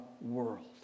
world